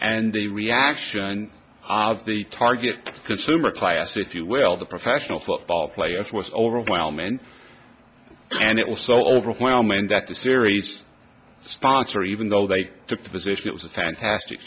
and the reaction of the target consumer class if you will the professional football players was overwhelming and it was so overwhelming that the series sponsor even though they took the position it was a fantastic